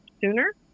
sooner